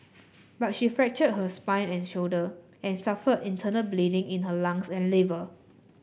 but she fractured her spine and shoulder and suffered internal bleeding in her lungs and liver